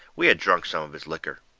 we had drunk some of his licker.